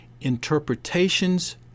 interpretations